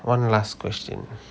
one last question